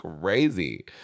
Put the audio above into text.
crazy